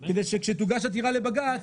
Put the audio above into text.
כדי שכאשר תוגש עתירה לבג"ץ,